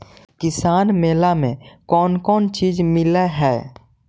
किसान मेला मे कोन कोन चिज मिलै है?